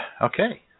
Okay